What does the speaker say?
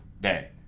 day